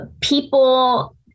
people